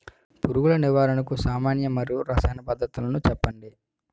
పురుగుల నివారణకు సామాన్య మరియు రసాయన పద్దతులను చెప్పండి?